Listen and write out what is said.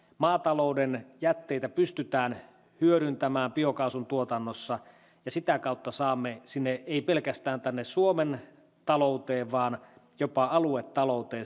maatalouden jätteitä pystytään hyödyntämään biokaasun tuotannossa ja sitä kautta saamme ei pelkästään tänne suomen talouteen vaan jopa aluetalouteen